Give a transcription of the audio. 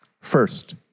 First